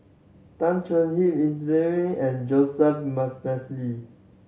Tan Choon Hip in and Joseph